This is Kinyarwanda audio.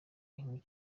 umukinnyi